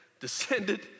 descended